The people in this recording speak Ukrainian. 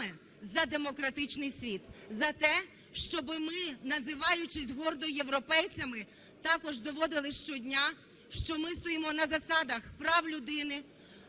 за демократичний світ, за те, щоб ми, називаючись гордо європейцями, також доводили щодня, що ми стоїмо на засадах прав людини,